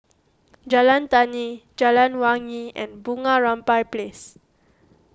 Jalan Tani Jalan Wangi and Bunga Rampai Place